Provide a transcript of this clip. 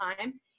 time